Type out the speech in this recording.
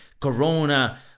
Corona